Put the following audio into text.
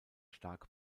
stark